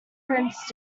prince